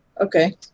Okay